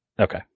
Okay